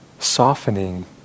softening